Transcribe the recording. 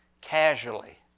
casually